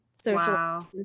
social